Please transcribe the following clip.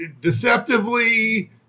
deceptively